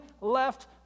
left